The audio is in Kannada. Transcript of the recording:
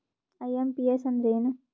ಐ.ಎಂ.ಪಿ.ಎಸ್ ಅಂದ್ರ ಏನು?